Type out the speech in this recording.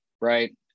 right